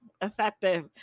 effective